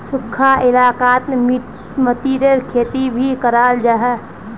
सुखखा इलाकात मतीरीर खेती भी कराल जा छे